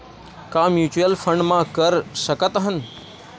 का mutual fund म कर सकत हन?